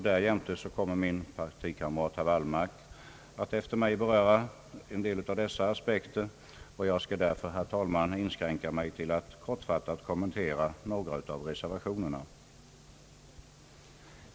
Därjämte kommer min partikamrat herr Wallmark att efter mig beröra dessa aspekter. Jag skall därför, herr talman, inskränka mig till att kortfattat kommentera några av reservationerna.